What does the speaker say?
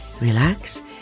relax